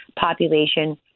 population